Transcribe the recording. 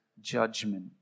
judgment